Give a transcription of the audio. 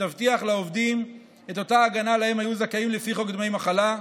שתבטיח לעובדים את אותה הגנה שלה הם היו זכאים לפי חוק דמי מחלה.